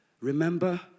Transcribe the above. remember